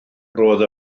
roedd